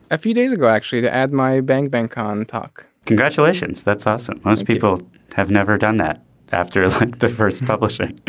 a few days ago actually the ad my bank bank on talk. congratulations. that's awesome. most people have never done that after the first publishing